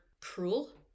cruel